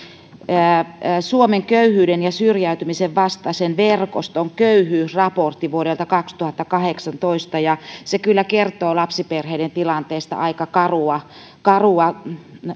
suomen köyhyyden ja syrjäytymisen vastaisen verkoston köyhyysraportti vuodelta kaksituhattakahdeksantoista ja se kyllä kertoo lapsiperheiden tilanteesta aika karua karua